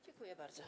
Dziękuję bardzo.